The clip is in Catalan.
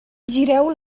gireu